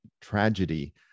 tragedy